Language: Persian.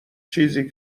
چیزی